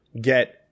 get